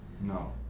No